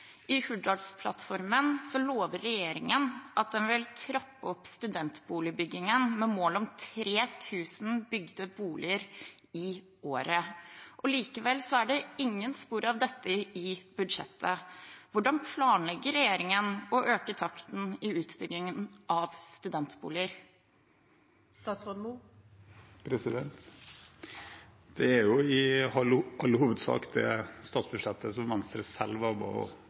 I Hurdalsplattformen lover regjeringen at den vil trappe opp studentboligbyggingen med mål om 3 000 bygde boliger i året. Likevel er det ingen spor av dette i budsjettet. Hvordan planlegger regjeringen å øke takten i utbyggingen av studentboliger? Det er i all hovedsak det statsbudsjettet Venstre selv var med på